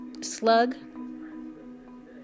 slug